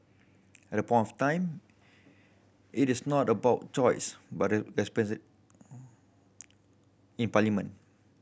at point of time it is not about choice but in parliament